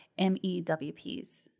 MEWPs